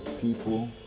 people